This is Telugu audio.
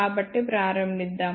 కాబట్టి ప్రారంభిద్దాం